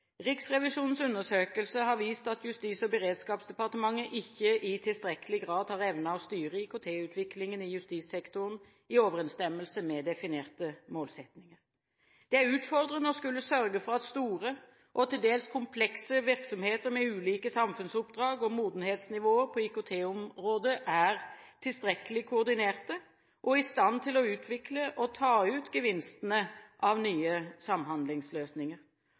Riksrevisjonens undersøkelse har vist at Justis- og beredskapsdepartementet ikke i tilstrekkelig grad har evnet å styre IKT-utviklingen i justissektoren i overensstemmelse med definerte målsettinger. Det er utfordrende å skulle sørge for at store og til dels komplekse virksomheter, med ulike samfunnsoppdrag og modenhetsnivåer på IKT-området, er tilstrekkelig koordinerte og i stand til å utvikle og ta ut gevinstene av nye samhandlingsløsninger.